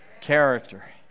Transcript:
character